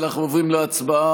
אנחנו עוברים להצבעה.